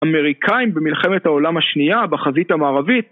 אמריקאים במלחמת העולם השנייה בחזית המערבית